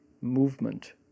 movement